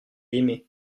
aimé